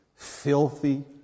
filthy